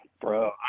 bro